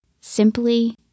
simply